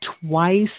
twice